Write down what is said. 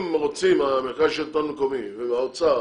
אם רוצים המרכז לשלטון מקומי והאוצר